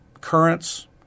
currents